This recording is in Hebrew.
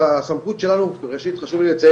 הסמכות שלנו ראשית חשוב לי לציין,